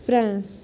France